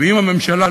ואם הממשלה,